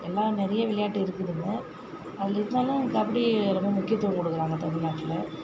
எல்லாம் நிறைய விளையாட்டு இருக்குதுங்க வந்து இருந்தாலும் கபடிக்கு ரொம்ப முக்கியத்துவம் கொடுக்கிறாங்க தமிழ்நாட்டில்